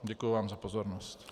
Děkuji vám za pozornost.